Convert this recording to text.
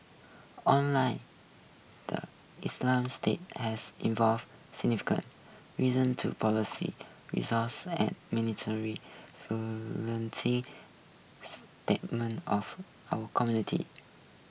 online the Islamic State has involve reason to results and of our community